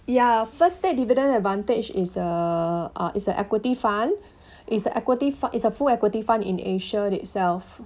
ya first state dividend advantage is uh uh it's a equity fund it's a equity f~ it's a full equity fund in asia itself